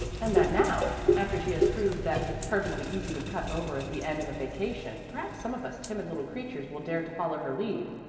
and that now, after she has proved that it's perfectly easy to cut over at the end of a vacation, perhaps some of us timid little creatures will dare to follow her lead.